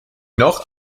noch